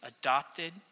adopted